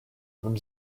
from